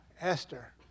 Esther